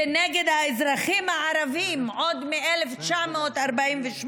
ונגד האזרחים הערבים עוד מ-1948,